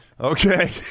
Okay